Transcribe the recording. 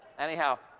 anyhow.